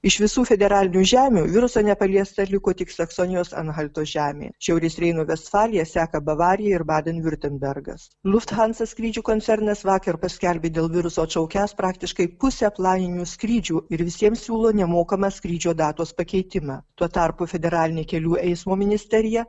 iš visų federalinių žemių viruso nepaliesta liko tik saksonijos anhalto žemė šiaurės reino vestfaliją seka bavarija ir baden viurtembergas lufthansa skrydžių koncernas vakar paskelbė dėl viruso atšaukiantis praktiškai pusę planinių skrydžių ir visiems siūlo nemokamą skrydžio datos pakeitimą tuo tarpu federalinė kelių eismo ministerija